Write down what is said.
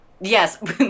Yes